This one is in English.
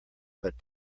but